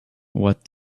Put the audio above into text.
what